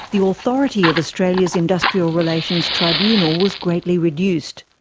the authority of australia's industrial relations tribunal was greatly reduced.